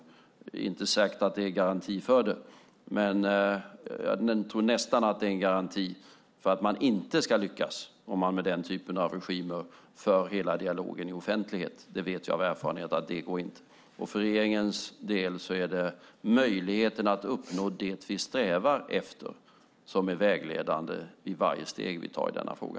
Det är inte säkert att förtrolighet är en garanti för det, men jag tror nästan att det är en garanti för att man inte ska lyckas om man med den typen av regimer för hela dialogen i offentlighet. Jag vet av erfarenhet att det inte går. För regeringens del är det möjligheten att uppnå det vi strävar efter som är vägledande i varje steg vi tar i denna fråga.